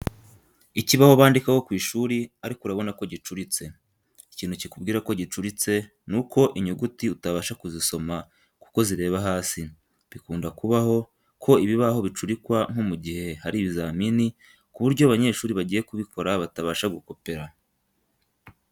Ikibaho bandikaho ku ishuri ariko urabona ko gicuritse, ikintu kikubwira ko gicuritse ni uko inyuguti utabasha kuzisoma kuko zireba hasi. Bikunda kubaho ko ibibaho bicurikwa nko mu gihe hari ibizamini ku buryo abanyeshuri bagiye kubikora batabasha gukopera.